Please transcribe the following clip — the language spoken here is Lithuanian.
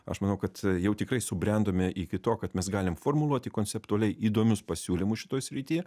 aš manau kad jau tikrai subrendome iki to kad mes galim formuluoti konceptualiai įdomius pasiūlymus šitoj srity